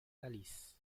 calice